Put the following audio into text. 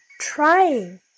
trying